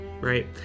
right